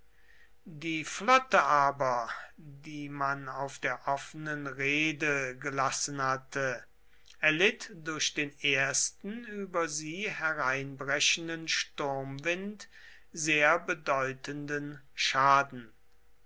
die flotte aber die man auf der offenen reede gelassen hatte erlitt durch den ersten über sie hereinbrechenden sturmwind sehr bedeutenden schaden